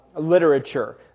literature